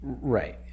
Right